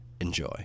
Enjoy